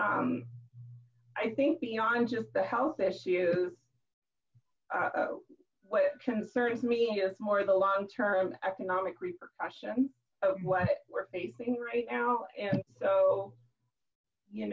i think beyond just the health issues what concerns me is more the long term economic repercussions of what we're facing right now and so you